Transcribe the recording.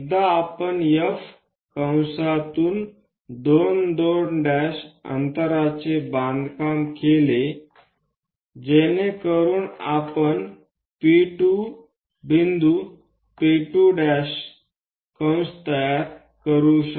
एकदा आपण F कंसातून 2 2' अंतराचे बांधकाम केले जेणेकरुन आपण P2 पॉइंट P2' कंस तयार करू